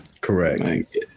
Correct